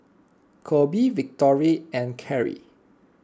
Coby Victory and Carie